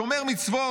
שומר מצוות,